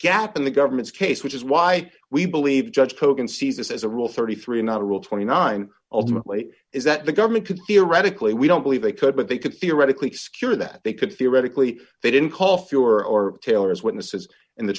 gap in the government's case which is why we believe judge hogan sees this as a rule thirty three dollars not rule twenty nine dollars ultimately is that the government could theoretically we don't believe they could but they could theoretically secure that they could theoretically they didn't call fewer or taylor as witnesses in the